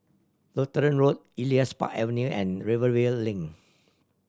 Lutheran Road Elias Park Avenue and Rivervale Link